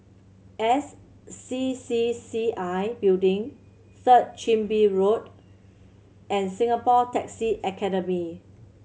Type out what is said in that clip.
S C C C I Building Third Chin Bee Road and Singapore Taxi Academy